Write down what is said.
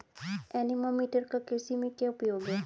Anemometer का कृषि में क्या उपयोग है?